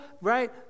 right